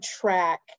track